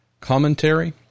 commentary